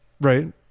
right